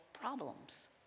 problems